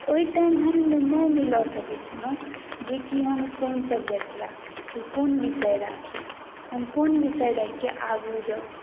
ओहि टाइम हम निर्णय नहि लऽ सकैत छलहुँ जेकि हम कोन सब्जेक्ट राखी कि कोन विषय राखी हम कोन विषय राखि कऽ आगू जाउ